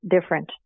different